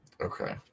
Okay